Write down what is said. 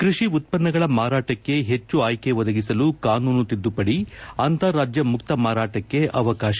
ಕೈಷಿ ಉತ್ಪನ್ನಗಳ ಮಾರಾಟಕ್ಕೆ ಹೆಚ್ಚು ಆಯ್ಕೆ ಒದಗಿಸಲು ಕಾನೂನು ತಿದ್ದುಪಡಿ ಅಂತಾರಾಜ್ಯ ಮುಕ್ತ ಮಾರಾಟಕ್ಕೆ ಅವಕಾಶ